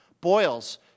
boils